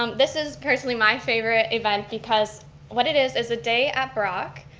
um this is personally my favorite event because what it is is a day at brock.